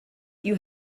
you